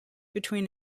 between